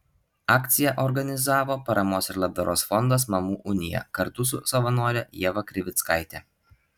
akciją organizavo paramos ir labdaros fondas mamų unija kartu su savanore ieva krivickaite